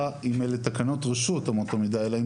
אם אלה תקנות רשות אמות המידה האלה,